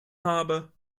habe